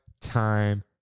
time